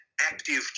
active